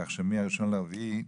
כך שמה-1 באפריל,